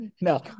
no